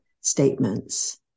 statements